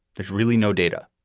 there's really no data.